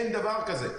אין דבר כזה.